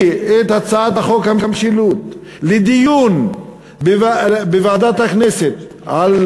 את הצעת חוק המשילות לדיון בוועדת הכנסת על